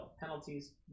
Penalties